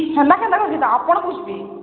ସେନ୍ତା କେନ୍ତା ହେବା ଆପଣ ବୁଝ୍ବେ